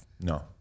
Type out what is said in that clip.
No